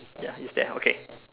ya it's there okay